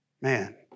man